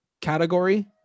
category